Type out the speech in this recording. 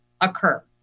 occur